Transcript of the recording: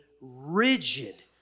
rigid